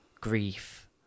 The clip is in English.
grief